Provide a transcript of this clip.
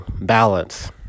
balance